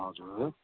हजुर